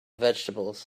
vegetables